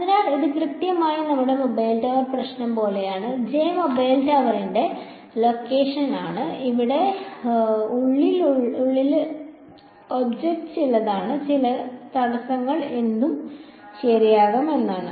അതിനാൽ ഇത് കൃത്യമായി നമ്മുടെ മൊബൈൽ ടവർ പ്രശ്നം പോലെയാണ് J മൊബൈൽ ടവറിന്റെ ലൊക്കേഷൻ ആണ് ഇവിടെ ഉള്ളിലെ ഈ ഒബ്ജക്റ്റ് ചിലതാണ് ചില തടസ്സങ്ങൾ എന്തും ശരിയാകാം എന്നാണ്